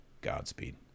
Godspeed